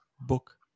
book